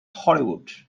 hollywood